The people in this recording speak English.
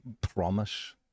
promise